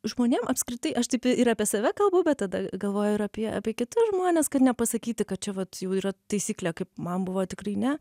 žmonėm apskritai aš taip ir apie save kalbu bet tada galvoju ir apie apie kitus žmones kad nepasakyti kad čia vat jau yra taisyklė kaip man buvo tikrai ne